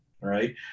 right